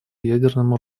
ядерному